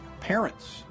parents